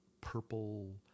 purple